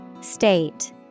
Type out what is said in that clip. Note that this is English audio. State